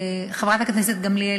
חברת הכנסת גמליאל,